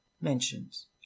mentions